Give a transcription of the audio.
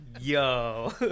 Yo